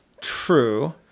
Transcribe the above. True